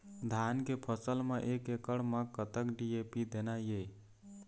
धान के फसल म एक एकड़ म कतक डी.ए.पी देना ये?